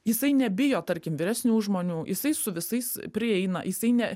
jisai nebijo tarkim vyresnių žmonių jisai su visais prieina jisai ne